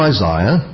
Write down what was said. Isaiah